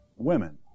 women